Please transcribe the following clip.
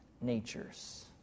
natures